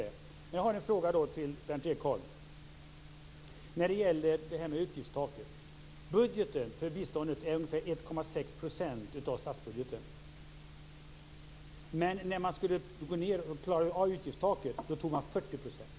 Sedan har jag en fråga till Berndt Ekholm. Det gäller utgiftstaket. Budgeten för biståndet är ungefär 1,6 % av statsbudgeten. Men när man skulle gå ned, för att klara utgiftstaket, tog man 40 %.